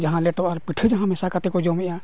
ᱡᱟᱦᱟᱸ ᱞᱮᱴᱚ ᱟᱨ ᱯᱤᱴᱷᱟᱹ ᱡᱟᱦᱟᱸ ᱢᱮᱥᱟ ᱠᱟᱛᱮ ᱠᱚ ᱡᱚᱢᱮᱫᱼᱟ